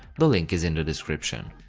the link is in the description.